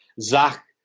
Zach